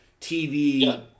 TV